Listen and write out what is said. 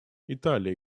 италия